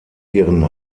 ihren